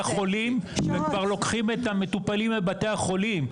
החולים וכבר לוקחים את המטופלים לבתי החולים.